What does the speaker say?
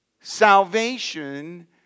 Salvation